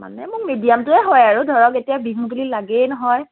মানে মোৰ মিডিয়ামটোৱে হয় আৰু ধৰক এতিয়া বিহু বুলি লাগেই নহয়